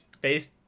based